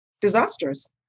disasters